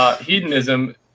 hedonism